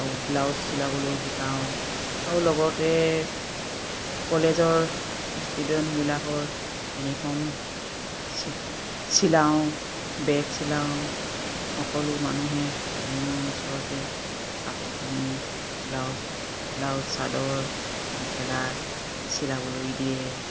আৰু ব্লাউজ চিলাবলৈ শিকাওঁ আৰু লগতে কলেজৰ ষ্টুডেণ্টবিলাকৰ ইউনিফৰ্ম চি চিলাওঁ বেগ চিলাওঁ সকলো মানুহে আহি মোৰ ওচৰতে কাপোৰ পানি ব্লাউজ ব্লাউজ চাদৰ মেখেলাৰ চিলাবলৈ দিয়ে